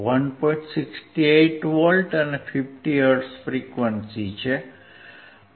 68 V અને 50 hertz frequency છે